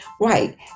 Right